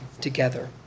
together